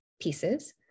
pieces